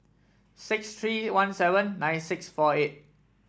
six three one seven nine six four eight